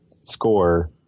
score